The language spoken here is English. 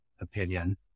opinion